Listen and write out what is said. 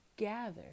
Gather